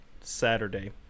Saturday